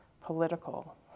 political